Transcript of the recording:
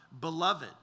beloved